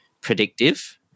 predictive